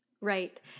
Right